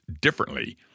differently